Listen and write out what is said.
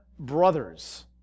brothers